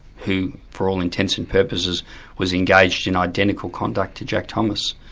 who for all intents and purposes was engaged in identical conduct to jack thomas.